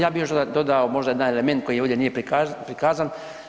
Ja bih još doda možda jedan element koji ovdje nije prikazan.